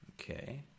Okay